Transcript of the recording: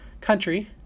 country